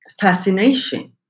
Fascination